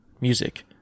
music